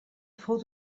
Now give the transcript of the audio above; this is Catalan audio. fou